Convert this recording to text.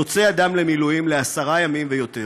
יוצא אדם למילואים לעשרה ימים ויותר,